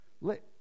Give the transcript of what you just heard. let